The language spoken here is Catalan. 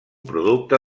producte